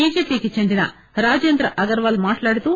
బిజెపికి చెందిన రాజేంద్ర అగర్వాల్ మాట్టాడుతూ